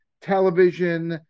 television